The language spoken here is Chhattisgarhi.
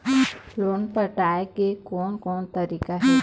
लोन पटाए के कोन कोन तरीका हे?